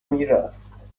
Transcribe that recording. میرفت